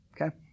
okay